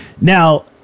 now